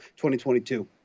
2022